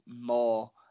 more